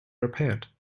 repaired